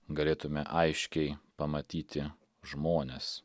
galėtume aiškiai pamatyti žmones